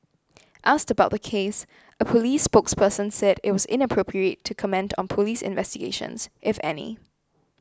asked about the case a police spokesperson said it was inappropriate to comment on police investigations if any